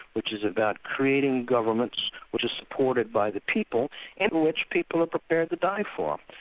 which is about creating governments which are supported by the people and which people are prepared to die for.